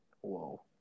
Whoa